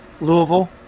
Louisville